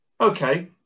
Okay